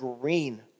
green